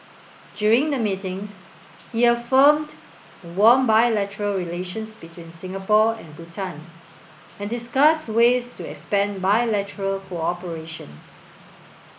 during the meetings he affirmed the warm bilateral relations between Singapore and Bhutan and discussed ways to expand bilateral cooperation